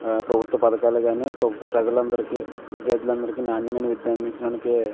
ప్రభుత్వ పథకాలు కాని ప్రజలు అందరికీ విద్యార్ధుల అందరికీ నాణ్యమైన విద్య అందించడానికి